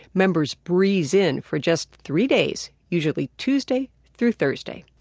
members breeze in for just three days, usually tuesday through thursday.